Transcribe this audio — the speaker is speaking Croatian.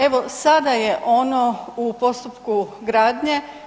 Evo, sada je ono u postupku gradnje.